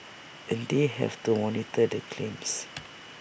and they have to monitor the claims